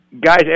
Guys